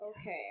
Okay